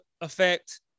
effect